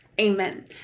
amen